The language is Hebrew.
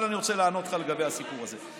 אבל אני רוצה לענות לך לגבי הסיפור הזה.